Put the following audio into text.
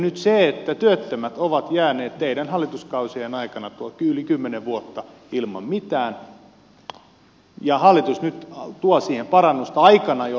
nyt työttömät ovat jääneet teidän hallituskausienne aikana yli kymmenen vuotta ilman mitään ja hallitus nyt tuo siihen parannusta aikana jolloin on alijäämää